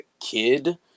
kid